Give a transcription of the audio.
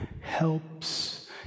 helps